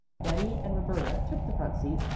betty and roberta took the front seat,